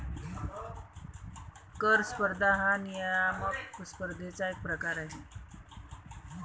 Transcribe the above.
कर स्पर्धा हा नियामक स्पर्धेचा एक प्रकार आहे